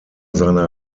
seiner